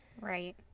Right